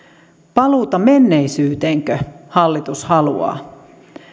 paluuta menneisyyteenkö hallitus haluaa